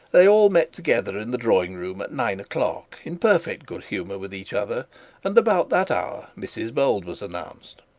they all met together in the drawing-room at nine o'clock, in perfect good humour with each other and about that hour mrs bold was announced.